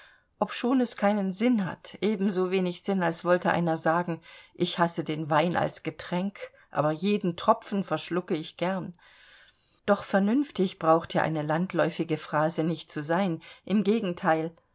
beteuern obschon es keinen sinn hat ebensowenig sinn als wollte einer sagen ich hasse den wein als getränk aber jeden tropfen verschlucke ich gern doch vernünftig braucht ja eine landläufige phrase nicht zu sein im gegenteil